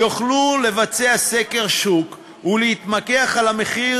נוכל לבצע סקר שוק ולהתמקח על המחיר